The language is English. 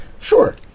Sure